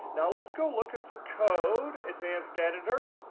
now let's go look at the code advanced editor.